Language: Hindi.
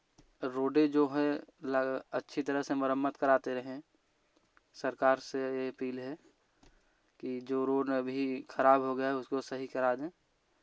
रोडें जो हैं अच्छी तरह से मरम्मत कराते रहे सरकार से यही अपील है कि जो रोड अभी खराब हो गया है उसको सही करा दें